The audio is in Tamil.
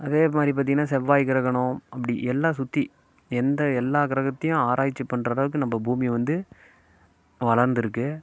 அதேமாதிரி பார்த்திங்கன்னா செவ்வாய் கிரகணம் அப்படி எல்லாம் சுற்றி எந்த எல்லா கிரகத்தையும் ஆராய்ச்சி பண்ணுறளவுக்கு நம்ம பூமி வந்து வளர்ந்திருக்கு